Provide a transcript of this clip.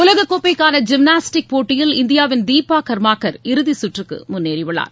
உலகக்கோப்பைக்கான gymnastic போட்டியில் இந்தியாவின் தீபாகர்மாகர் இறுதிச்சுற்றுக்குமுன்னேறியுள்ளார்